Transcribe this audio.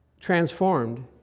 transformed